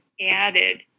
added